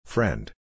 Friend